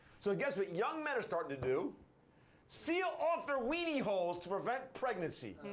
so guess what young men are starting to do seal off their wiener holes to prevent pregnancy.